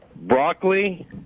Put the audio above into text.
Broccoli